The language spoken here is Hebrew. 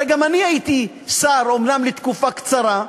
הרי גם אני הייתי שר, אומנם לתקופה קצרה,